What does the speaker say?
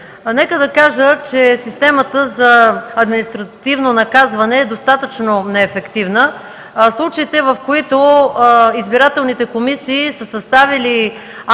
Нека да кажа, че системата за административно наказване е достатъчно неефективна. Случаите, в които избирателните комисии са съставили актове